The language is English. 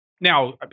now